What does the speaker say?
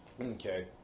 okay